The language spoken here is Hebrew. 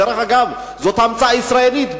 דרך אגב, זאת המצאה ישראלית.